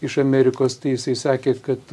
iš amerikos tai jisai sakė kad